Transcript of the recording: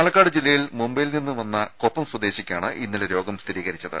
പാലക്കാട് ജില്ലയിൽ മുംബൈയിൽ നിന്നും വന്ന കൊപ്പം സ്വദേശിക്കാണ് ഇന്നലെ രോഗം സ്ഥിരീകരിച്ചത്